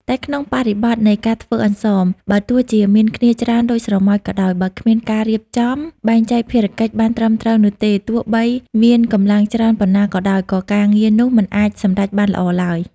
តែក្នុងបរិបទនៃការធ្វើអន្សម បើទោះជាមានគ្នាច្រើនដូចស្រមោចក៏ដោយ បើគ្មានការរៀបចំ បែងចែកភារកិច្ច បានត្រឹមត្រូវនោះទេ ទោះបីមានកម្លាំងច្រើនប៉ុណ្ណាក៏ដោយ ក៏ការងារនោះមិនអាចសម្រេចបានល្អឡើយ។